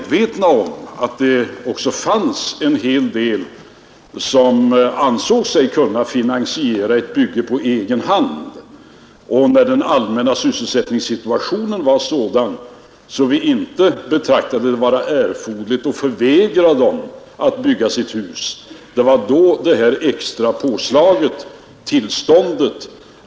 semesterer medvetna om att det också fanns en hel del människor som ansåg sig Sättningen vid byte kunna finansiera sina byggen på egen hand, och när den allmänna 4 arbetsgivare sysselsättningssituationen var sådan att vi inte ansåg det vara erforderligt att förvägra dem att bygga sitt hus, så tillkom detta extra påslag, alltså byggen.